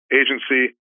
agency